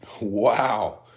Wow